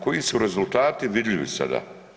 Koji su rezultati vidljivi sada?